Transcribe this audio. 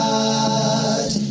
God